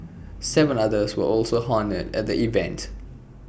Seven others were also honoured at the event